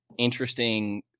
interesting